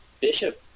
Bishop